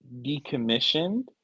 decommissioned